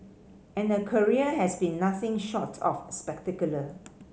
and her career has been nothing short of spectacular